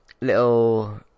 little